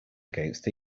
against